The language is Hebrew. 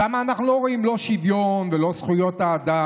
שם אנחנו לא רואים לא שוויון ולא זכויות האדם,